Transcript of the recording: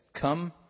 Come